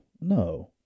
No